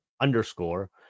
underscore